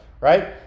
right